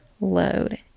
load